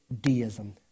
deism